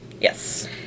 yes